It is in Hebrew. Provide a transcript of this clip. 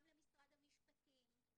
גם למשרד המשפטים,